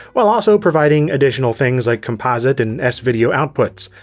while also providing additional things like composite and s-video outputs.